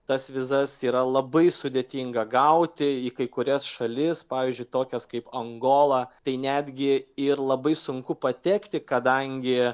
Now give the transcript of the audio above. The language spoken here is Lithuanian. tas vizas yra labai sudėtinga gauti į kai kurias šalis pavyzdžiui tokias kaip angolą tai netgi ir labai sunku patekti kadangi